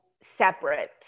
separate